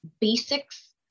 basics